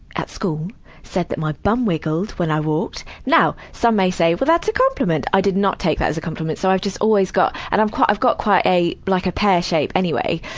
at school said that my bum wiggled when i walked. now, some may say, well, that's a compliment! i did not take that as a compliment. so i've just always got and i'm quite i've got quite, like a pear shape any way.